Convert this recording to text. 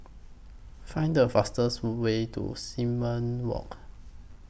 Find The fastest Way to Simon Walk